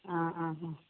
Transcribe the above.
ആ ഹാ ആ